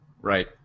Right